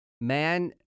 man